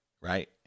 right